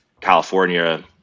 California